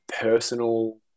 personal